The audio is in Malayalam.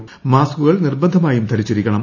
മ്മാസ്കുകൾ നിർബന്ധമായും ധരിച്ചിരിക്കണം